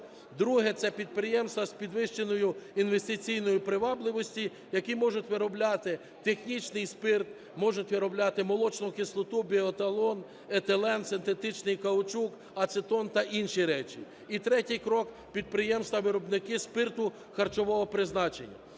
Друге - це підприємства з підвищеною інвестиційною привабливістю, які можуть виробляти технічний спирт, можуть виробляти молочну кислоту, біоетанол, етилен, синтетичний каучук, ацетон та інші речі. І третій крок – підприємства-виробники спирту харчового призначення.